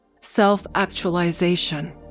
self-actualization